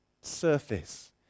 surface